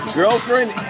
Girlfriend